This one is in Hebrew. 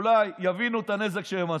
אולי יבינו את הנזק שהם עשו.